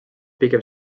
pigem